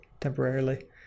temporarily